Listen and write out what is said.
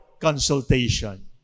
consultation